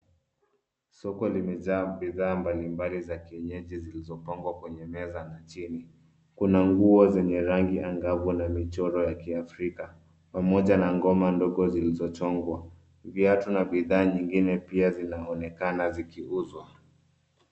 Soko limejaa bidhaa mbalimbali za kienyeji zilizopangwa kwenye meza chini. Kuna nguo zenye rangi angavu na michoro ya kiafrika, pamoja na ngoma ndogo zilizochongwa. Viatu na bidhaa nyingine pia vinaonekana vikiuzwa.